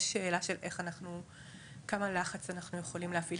שאלה של כמה לחץ אנחנו יכולים להפעיל,